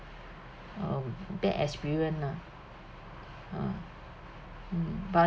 um bad experience nah ah mm but